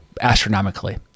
astronomically